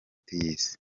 tuyizi